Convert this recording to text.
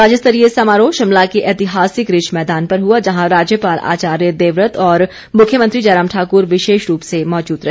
राज्य स्तरीय समारोह शिमला के ऐतिहासिक रिज मैदान पर हुआ जहां राज्यपाल आचार्य देवव्रत और मुख्यमंत्री जयराम ठाक्र विशेष रूप से मौजूद रहे